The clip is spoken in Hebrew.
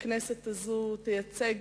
שהכנסת הזאת תייצג